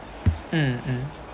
mm mm